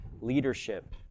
leadership